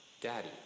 Daddy